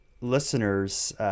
listeners